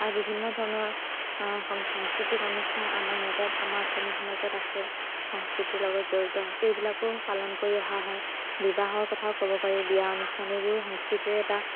আৰু বিভিন্ন ধৰণৰ সং সাংস্কৃতিক অনুষ্ঠান আমাৰ মাজত আমাৰ অসমীয়া সমাজত আছে সংস্কৃতিৰ লগত জড়িত এইবিলাকো পালন কৰি অহা হয় বিবাহৰ কথাও ক'ব পাৰি বিয়া অনুষ্ঠান এইবোৰ সংস্কৃতিৰ এটা